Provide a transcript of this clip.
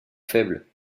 faibles